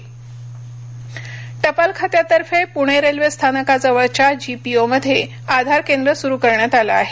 आधार केंद्र टपाल खात्यातर्फे पुणे रेल्वे स्थानकाजवळच्या जीपीओ मध्ये आधार केंद्र सुरू करण्यात आलं आहे